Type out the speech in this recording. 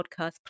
podcast